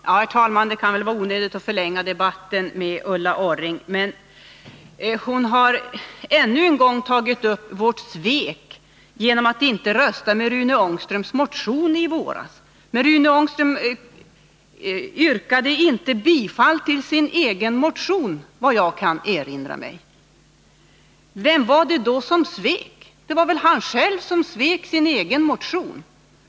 Herr talman! Det är kanske onödigt att förlänga debatten med Ulla Orring, men jag begärde ändå ordet med anledning av att hon ännu en gång tagit upp vårt ”svek” genom att vi inte röstade för Rune Ångströms motion i våras. Men såvitt jag kan erinra mig yrkade Rune Ångström inte själv bifall tillsin egen motion. Vem var det då som svek? Det var väl han själv som svek sin egen motion.